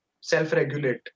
self-regulate